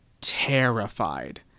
terrified